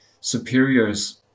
superiors